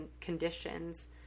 conditions